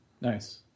Nice